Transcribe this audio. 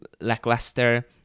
lackluster